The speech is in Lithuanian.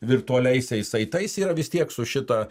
virtualiaisiais saitais yra vis tiek su šita